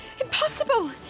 impossible